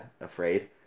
afraid